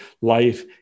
Life